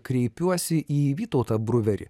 kreipiuosi į vytautą bruverį